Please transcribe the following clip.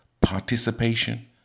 participation